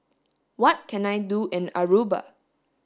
what can I do in Aruba